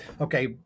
okay